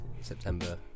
September